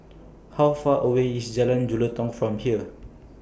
How Far away IS Jalan Jelutong from here